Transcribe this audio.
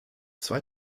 zwei